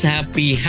Happy